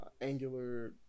angular